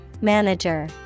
Manager